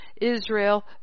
Israel